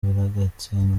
biragatsindwa